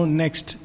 next